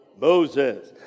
Moses